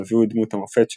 הנביא הוא דמות המופת שלה,